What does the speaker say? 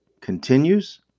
continues